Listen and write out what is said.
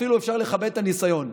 אפילו אפשר לכבד את הניסיון.